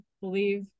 believe